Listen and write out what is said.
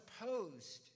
opposed